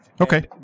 Okay